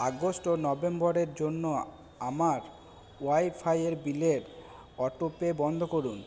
August ও নভেম্বরের জন্য আমার ওয়াইফাইয়ের বিলের অটোপে বন্ধ করুন